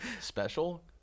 special